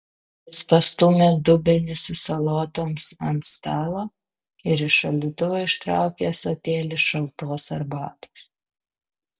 jis pastūmė dubenį su salotoms ant stalo ir iš šaldytuvo ištraukė ąsotėlį šaltos arbatos